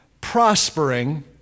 prospering